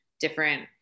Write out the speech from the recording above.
different